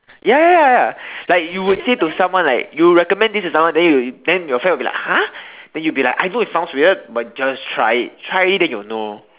ya ya ya like you would say to someone like you recommend this to someone then you then your friend will be like !huh! then you be like I know it sounds weird but just try it try it then you'll know